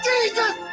Jesus